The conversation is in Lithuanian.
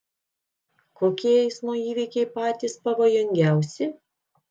kokie eismo įvykiai patys pavojingiausi